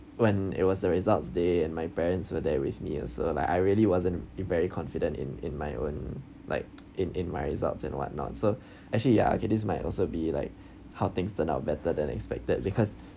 when it was the results day and my parents were there with me also like I really wasn't very confident in in my own like in in my results and what not so actually ya okay this might also be like how things turn out better than expected because